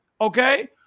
Okay